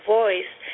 voice